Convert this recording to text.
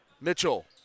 Mitchell